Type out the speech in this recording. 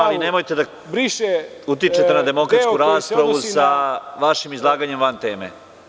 Znam, ali nemojte da utičete na demokratsku raspravu sa vašim izlaganjem van teme.